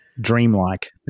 Dreamlike